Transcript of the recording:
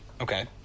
okay